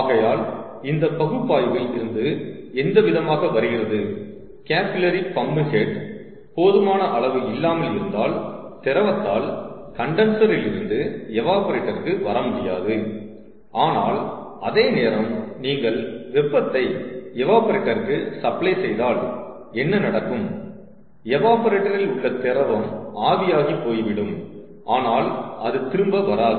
ஆகையால் இந்த பகுப்பாய்வில் இருந்து எந்த விதமாக வருகிறது கேபில்லரி பம்பிங் ஹெட் போதுமான அளவு இல்லாமல் இருந்தால் திரவத்தால் கண்டன்சரிலிருந்து எவாப்ரேட்டர்க்கு வர முடியாது ஆனால் அதேநேரம் நீங்கள் வெப்பத்தை எவாப்ரேட்டர்க்கு சப்ளை செய்தால் என்ன நடக்கும் எவாப்ரேட்டரில் உள்ள திரவம் ஆவியாகி போய் விடும் ஆனால் அது திரும்ப வராது